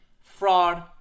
fraud